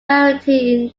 variety